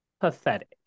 Pathetic